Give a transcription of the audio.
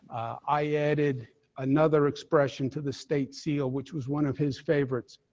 i added another expression to the state seal which was one of his faiths,